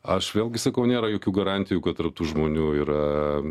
aš vėlgi sakau nėra jokių garantijų kad tarp tų žmonių yra